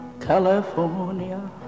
California